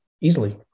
easily